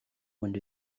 und